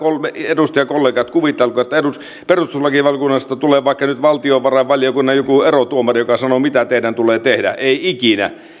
edustajakollegat kuvitelko että perustuslakivaliokunnasta tulee vaikka nyt valtiovarainvaliokunnan joku erotuomari joka sanoo mitä teidän tulee tehdä ei ikinä